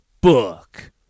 Book